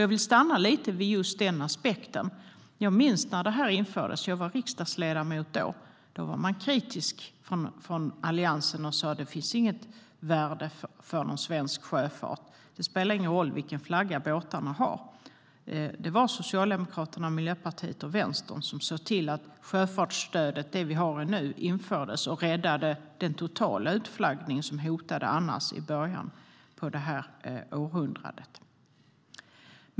Jag vill stanna lite vid just den aspekten. Jag minns när det infördes; jag var riksdagsledamot då. Då var man kritisk från Alliansen och sa att det inte fanns något värde för svensk sjöfart och att det inte spelar någon roll vilken flagga båtarna har. Det var Socialdemokraterna, Miljöpartiet och Vänstern som såg till att det sjöfartsstöd vi har nu infördes, vilket räddade sjöfarten undan den totala utflaggning som annars hotade i början av århundradet.